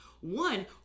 One